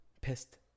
pissed